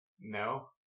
No